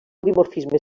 dimorfisme